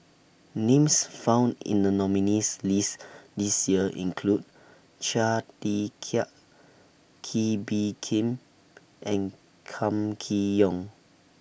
Names found in The nominees list This Year include Chia Tee Chiak Kee Bee Khim and Kam Kee Yong